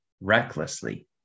recklessly